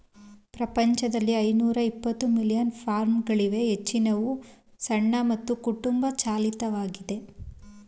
ಪ್ರಪಂಚದಲ್ಲಿ ಐನೂರಎಪ್ಪತ್ತು ಮಿಲಿಯನ್ ಫಾರ್ಮ್ಗಳಿವೆ ಹೆಚ್ಚಿನವು ಸಣ್ಣ ಮತ್ತು ಕುಟುಂಬ ಚಾಲಿತವಾಗಿದೆ